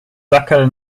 sackerl